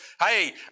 hey